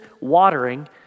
watering